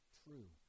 true